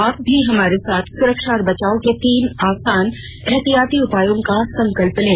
आप भी हमारे साथ सुरक्षा और बचाव के तीन आसान एहतियाती उपायों का संकल्प लें